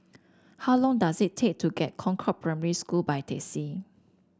how long does it take to get Concord Primary School by taxi